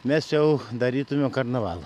mes jau darytumėm karnavalą